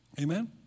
Amen